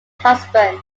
husband